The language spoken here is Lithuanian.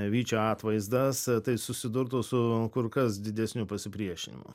vyčio atvaizdas tai susidurtų su kur kas didesniu pasipriešinimu